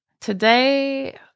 Today